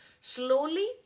slowly